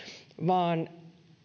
vaan